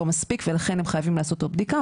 מספיק ולכן הם חייבים לעשות עוד בדיקה,